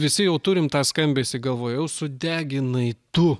visi jau turim tą skambesį galvoj jau sudeginai tu